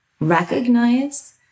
recognize